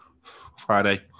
Friday